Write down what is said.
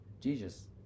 Jesus